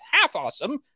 half-awesome